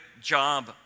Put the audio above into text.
job